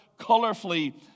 colorfully